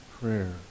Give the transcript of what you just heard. prayer